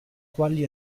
quali